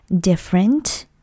different